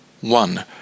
One